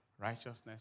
righteousness